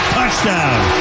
Touchdown